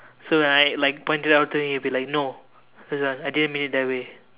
so right like point it out to him he will be like no it's like I didn't mean it that way